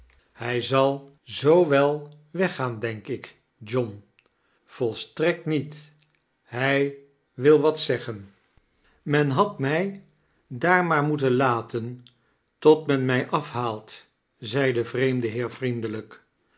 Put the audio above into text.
hij zal zoo wel weggaan denk ik john volstrekt niet hij wil wat zeggen mem had mij daar maar moeten laten tot men mij afhaalt zei de vreemde heer vrdendeldjk